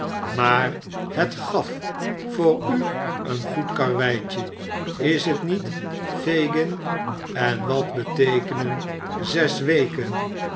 maar het gaf voor u een goed karweitje is t niet fagin en wat beteekenen zes weken